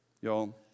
Y'all